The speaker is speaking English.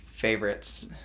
favorites